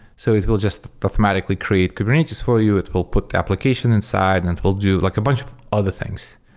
so it will just automatically create kubernetes for you. it will put the application inside and it will do like a bunch of other things.